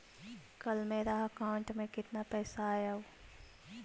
कल मेरा अकाउंटस में कितना पैसा आया ऊ?